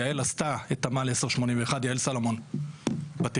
יעל עשתה את תמ"ל 10/81 יעל סולומון בתכנון.